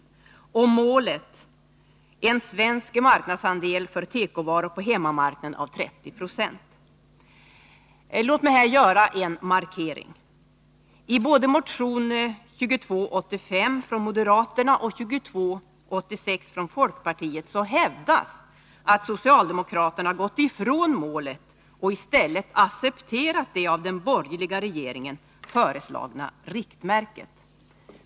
Målet skall vara en svensk marknadsandel för tekovaror på hemmamarknaden av 30 9. Låt mig här göra en markering. I både motion 2285 från moderaterna och motion 2286 från folkpartiet hävdas att socialdemokraterna gått ifrån målet och i stället accepterat det av den borgerliga regeringen föreslagna riktmärket.